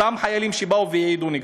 אותם חיילים שבאו והעידו נגדו.